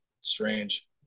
strange